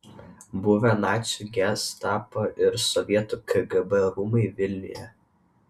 buvę nacių gestapo ir sovietų kgb rūmai vilniuje